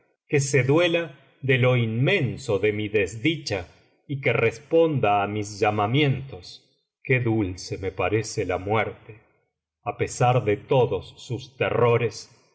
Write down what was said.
que se duela de lo inmenos de mi desdicha y que responda á mis llamamientos qué dulce me parece la muerte á pesar de todos sus terrores